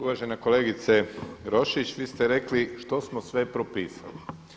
Uvažena kolegice Roščić, vi ste rekli što smo sve propisali.